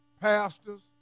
pastors